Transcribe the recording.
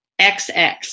XX